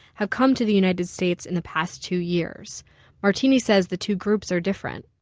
have come to the united states in the past two years martini said the two groups are different,